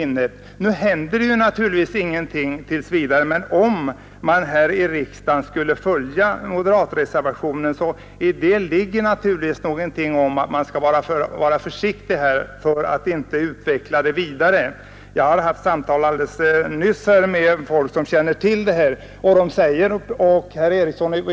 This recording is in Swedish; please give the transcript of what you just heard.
Nu händer naturligtvis ingenting omedelbart, men ett bifall till moderatreservationen innebär att riksdagen uttalar att man bör gå försiktigt fram. Jag har nyligen haft samtal med personer som känner till detta.